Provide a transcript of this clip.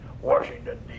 Washington